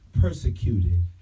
persecuted